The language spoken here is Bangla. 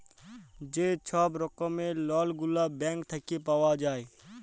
যে ছব রকমের লল গুলা ব্যাংক থ্যাইকে পাউয়া যায়